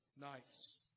nights